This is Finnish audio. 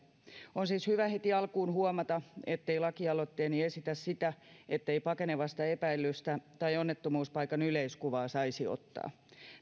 on siis hyvä heti alkuun huomata ettei lakialoitteeni esitä sitä ettei kuvaa pakenevasta epäillystä tai onnettomuuspaikan yleiskuvaa saisi ottaa